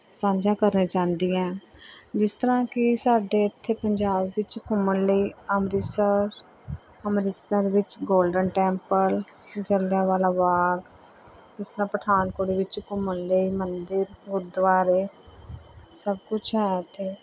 ਸਾਂਝਾ ਕਰਨਾ ਚਾਹੁੰਦੀ ਹਾਂ ਜਿਸ ਤਰ੍ਹਾਂ ਕਿ ਸਾਡੇ ਇੱਥੇ ਪੰਜਾਬ ਵਿੱਚ ਘੁੰਮਣ ਲਈ ਅੰਮ੍ਰਿਤਸਰ ਅੰਮ੍ਰਿਤਸਰ ਵਿੱਚ ਗੋਲਡਨ ਟੈਂਪਲ ਜਲਿਆਂਵਾਲਾ ਜਿਸ ਤਰ੍ਹਾਂ ਪਠਾਨਕੋਟ ਵਿੱਚ ਘੁੰਮਣ ਲਈ ਮੰਦਰ ਗੁਰਦੁਆਰੇ ਸਭ ਕੁਛ ਹੈ ਇੱਥੇ